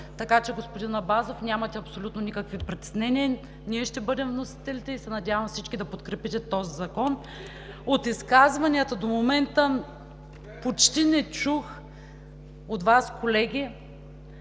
така че, господин Абазов, нямате абсолютно никакви притеснения, ние ще бъдем вносителите и се надяваме всички да подкрепите този закон. От изказванията до момента почти не чух от Вас, колеги,